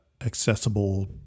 accessible